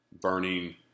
Burning